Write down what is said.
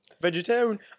Vegetarian